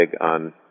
on